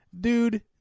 Dude